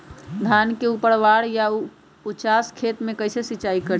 धान के ऊपरवार या उचास खेत मे कैसे सिंचाई करें?